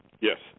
Yes